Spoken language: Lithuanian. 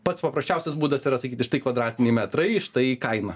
pats paprasčiausias būdas yra sakyti štai kvadratiniai metrai štai kaina